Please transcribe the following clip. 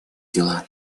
дела